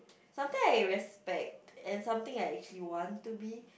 something I respect and something I want to be